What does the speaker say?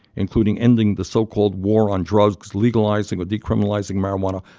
including ending the so-called war on drugs, legalizing or decriminalizing marijuana,